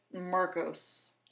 Marcos